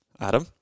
Adam